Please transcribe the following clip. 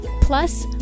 plus